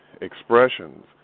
expressions